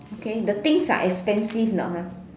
okay the things are expensive not ha